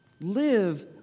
Live